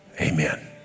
amen